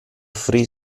free